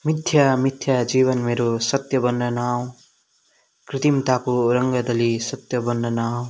मिथ्या मिथ्या जीवन मेरो सत्य बन्न नआऊ कृत्रिमताको रङ्ग दली सत्य बन्न नआऊ